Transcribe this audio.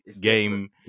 game